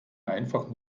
einfach